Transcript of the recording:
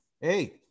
Hey